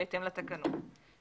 בהתאם לתקנות.